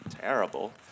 terrible